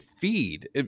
feed